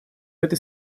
этой